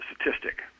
statistic